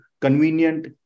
convenient